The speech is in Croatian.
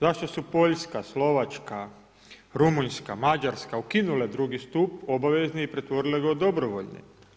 Zašto su Poljska, Slovačka, Rumunjska, Mađarska ukinule drugi stup, obavezni i pretvorile ga u dobrovoljno?